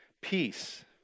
Peace